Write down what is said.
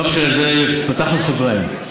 לא משנה, פתחנו סוגריים.